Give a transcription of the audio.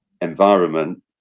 environment